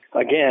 again